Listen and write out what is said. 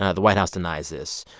ah the white house denies this.